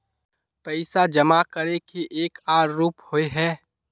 पैसा जमा करे के एक आर रूप होय है?